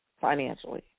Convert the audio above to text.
financially